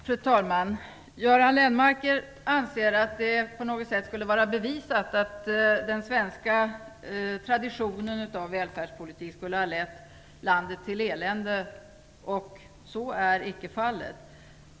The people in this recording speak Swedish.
Fru talman! Göran Lennmarker anser att det på något sätt skulle vara bevisat att den svenska traditionen av välfärdspolitik skulle ha lett landet till elände, och så är icke fallet.